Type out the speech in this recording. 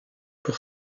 pour